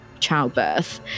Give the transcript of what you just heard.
childbirth